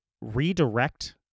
redirect